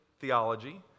theology